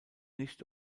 nicht